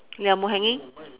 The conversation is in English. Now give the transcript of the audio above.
ya mou hanging